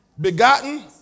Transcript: begotten